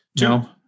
No